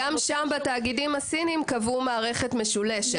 גם שם, בתאגידים הסיניים, קבעו מערכת משולשת.